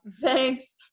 Thanks